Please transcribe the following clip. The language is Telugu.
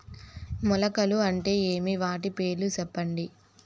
మొలకలు అంటే ఏమి? వాటి పేర్లు సెప్పండి?